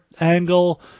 angle